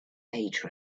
age